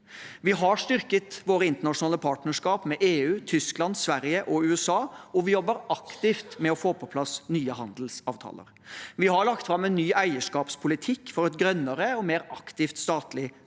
Vi har styrket våre internasjonale partnerskap med EU, Tyskland, Sverige og USA, og vi jobber aktivt med å få på plass nye handelsavtaler. Vi har lagt fram en ny eierskapspolitikk for et grønnere og mer aktivt statlig eierskap,